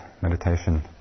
meditation